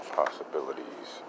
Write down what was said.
possibilities